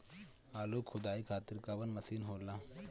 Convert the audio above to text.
आलू खुदाई खातिर कवन मशीन होला?